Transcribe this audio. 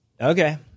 Okay